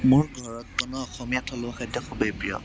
মোৰ ঘৰত বনোৱা অসমীয়া থলুৱা খাদ্য খুবেই প্ৰিয়